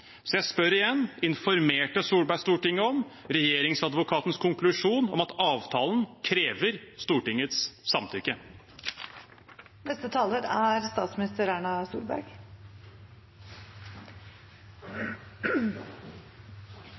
Så jeg spør igjen: Informerte Solberg Stortinget om Regjeringsadvokatens konklusjon om at avtalen krever Stortingets